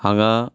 हांगा